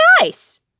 Nice